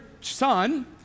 son